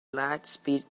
lightspeed